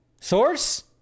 source